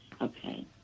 okay